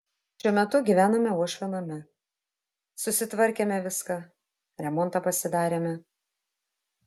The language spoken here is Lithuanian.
šiuo metu gyvename uošvio name susitvarkėme viską remontą pasidarėme